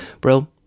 Brill